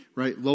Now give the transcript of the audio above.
right